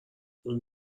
اون